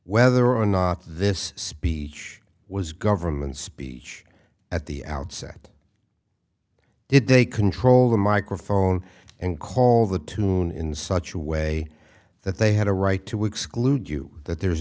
whether or not this speech was government speech at the outset did they control the microphone and call the tune in such a way that they had a right to exclude you that there